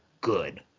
good